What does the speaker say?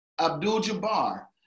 Abdul-Jabbar